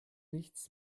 nichts